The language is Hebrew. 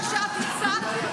מה שאת הצעת,